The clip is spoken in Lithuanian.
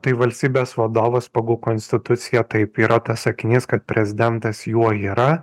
tai valstybės vadovas pagal konstituciją taip yra tas sakinys kad prezidentas juo yra